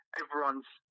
everyone's